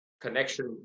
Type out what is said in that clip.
connection